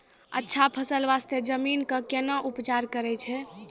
अच्छा फसल बास्ते जमीन कऽ कै ना उपचार करैय छै